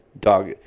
dog